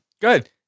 Good